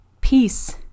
peace